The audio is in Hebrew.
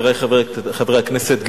חברי חברי הכנסת,